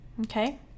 Okay